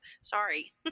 Sorry